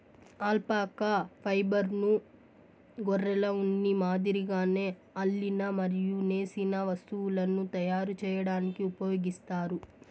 alpaca ఫైబర్ను గొర్రెల ఉన్ని మాదిరిగానే అల్లిన మరియు నేసిన వస్తువులను తయారు చేయడానికి ఉపయోగిస్తారు